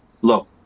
Look